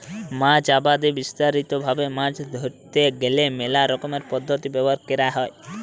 মাছ আবাদে বিস্তারিত ভাবে মাছ ধরতে গ্যালে মেলা রকমের পদ্ধতি ব্যবহার ক্যরা হ্যয়